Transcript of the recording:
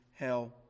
Hell